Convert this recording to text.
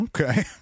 Okay